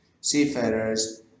seafarers